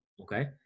Okay